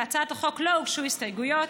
להצעת החוק לא הוגשו הסתייגויות.